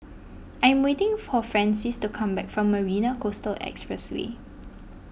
I am waiting for Francies to come back from Marina Coastal Expressway